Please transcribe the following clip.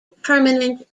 permanent